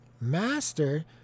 master